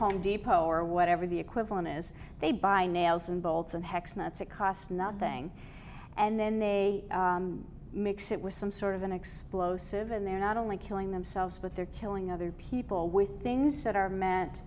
home depot or whatever the equivalent is they buy nails and bolts and hex that it costs nothing and then they mix it with some sort of an explosive and they're not only killing themselves but they're killing other people with things that are meant